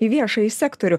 į viešąjį sektorių